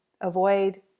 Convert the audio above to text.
avoid